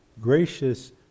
gracious